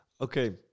Okay